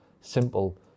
simple